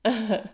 (uh huh)